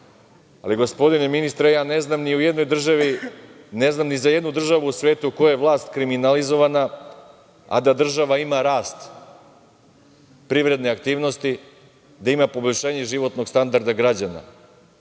Ali, gospodine ministre, ja ne znam ni za jednu državu u svetu u kojoj je vlast kriminalizovana, a da država ima rast privredne aktivnosti, da ima poboljšanje životnog standarda građana. Možda